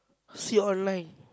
see online